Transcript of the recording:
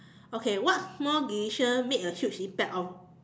okay what small decision made a huge impact on